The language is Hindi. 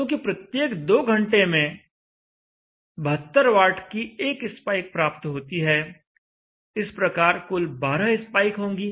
चूँकि प्रत्येक 2 घंटे में 72 वाट की एक स्पाइक प्राप्त होती है इस प्रकार कुल 12 स्पाइक होंगी